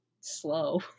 slow